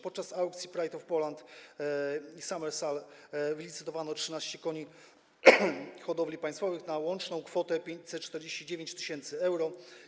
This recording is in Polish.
Podczas aukcji Pride of Poland i summer sale wylicytowano 13 koni hodowli państwowych na łączną kwotę 549 tys. euro.